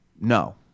No